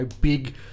big